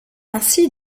ainsi